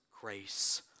grace